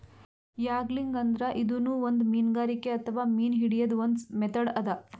angling ಅಂದ್ರ ಇದೂನು ಒಂದ್ ಮೀನ್ಗಾರಿಕೆ ಅಥವಾ ಮೀನ್ ಹಿಡ್ಯದ್ದ್ ಒಂದ್ ಮೆಥಡ್ ಅದಾ